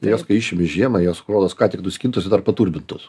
jas kai išimi žiemą jos rodos ką tik nuskintos ir dar paturbintos